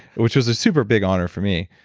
which was a super big honor for me.